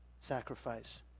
sacrifice